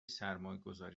سرمایهگذاری